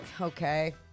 okay